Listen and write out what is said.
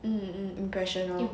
mm mm impression lor